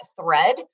thread